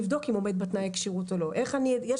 לבדוק אם הוא עומד בתנאי הכשירות או לא.